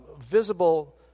visible